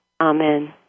Amen